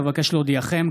אבקש להודיעכם,